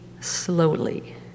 slowly